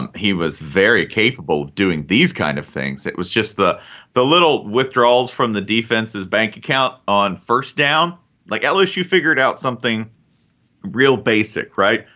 and he was very capable of doing these kind of things. it was just the the little withdrawals from the defense his bank account on first down like lsu, you figured out something real basic, right?